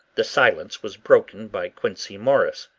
the silence was broken by quincey morris